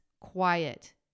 quiet